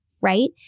right